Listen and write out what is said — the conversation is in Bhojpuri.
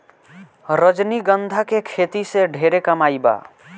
रजनीगंधा के खेती से ढेरे कमाई बा